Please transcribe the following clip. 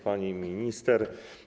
Pani Minister!